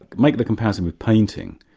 make the comparison with painting.